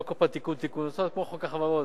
לא תיקון, תיקון, נוסח כמו חוק החברות.